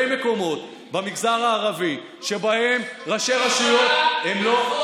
מקומות במגזר הערבי שבהם ראשי רשויות לא,